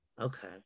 Okay